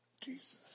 Jesus